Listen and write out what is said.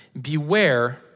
Beware